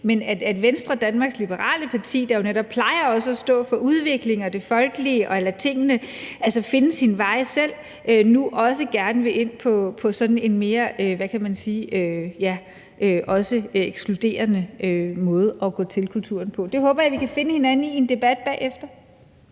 Men Venstre, Danmarks Liberale Parti, der jo netop også plejer at stå for udvikling og det folkelige og det med at lade tingene finde deres veje selv, vil nu også gerne ind på sådan en mere, hvad kan man sige også ekskluderende måde at gå til kulturen på. Det håber jeg vi kan finde hinanden i i en debat bagefter.